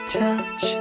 touch